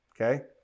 okay